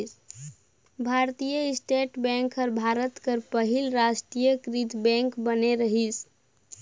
भारतीय state bank हर भारत कर पहिल रास्टीयकृत बेंक बने रहिस